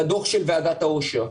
בדוח של ועדת האושר.